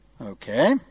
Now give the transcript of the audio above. Okay